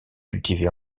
cultivés